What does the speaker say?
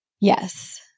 yes